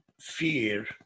Fear